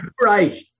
Right